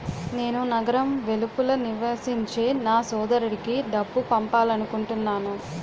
నేను నగరం వెలుపల నివసించే నా సోదరుడికి డబ్బు పంపాలనుకుంటున్నాను